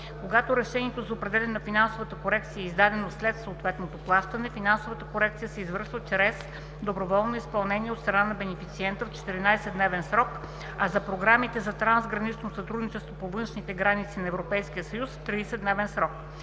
Когато решението за определяне на финансовата корекция е издадено след съответното плащане, финансовата корекция се извършва чрез доброволно изпълнение от страна на бенефициента в 14-дневен срок, а за програмите за трансгранично сътрудничество по външните граници на Европейския съюз в 30-дневен срок.